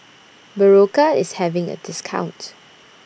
Berocca IS having A discount